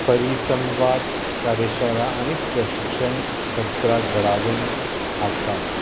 परिसंवाद कार्यशाला आनी प्रशिक्षण सत्रा घडाोवन हाडटात